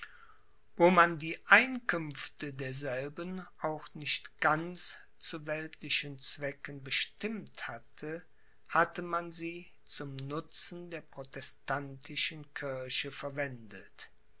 wo man die einkünfte derselben auch nicht ganz zu weltlichen zwecken bestimmt hatte hatte man sie zum nutzen der protestantischen kirche verwendet